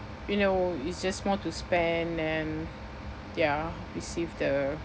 you know it's just more to spend and ya receive the